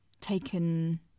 taken